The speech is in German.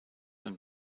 ein